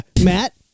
Matt